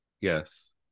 yes